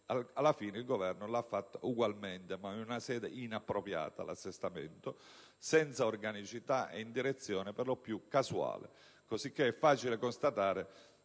alla fine il Governo l'ha fatta ugualmente, ma in una sede inappropriata (l'assestamento), senza organicità e in direzione per lo più casuale, cosicché è facile constatare